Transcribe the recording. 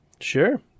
sure